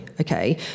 Okay